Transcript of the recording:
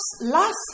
last